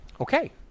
Okay